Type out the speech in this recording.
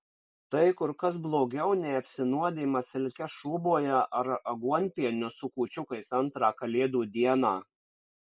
tai kur kas blogiau nei apsinuodijimas silke šūboje ar aguonpieniu su kūčiukais antrą kalėdų dieną